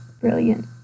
brilliant